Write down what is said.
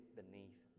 beneath